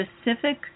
specific